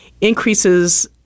increases